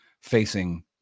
facing